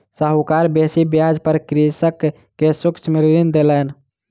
साहूकार बेसी ब्याज पर कृषक के सूक्ष्म ऋण देलैन